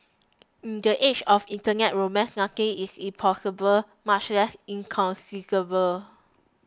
in the age of internet romance nothing is impossible much less inconceivable